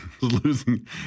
losing